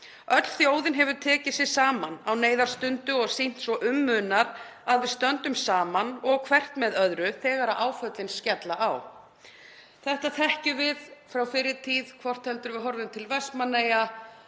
Öll þjóðin hefur tekið sig saman á neyðarstundu og sýnt svo um munar að við stöndum saman og hvert með öðru þegar áföllin skella á. Þetta þekkjum við frá fyrri tíð, hvort heldur við horfum til Vestmannaeyja,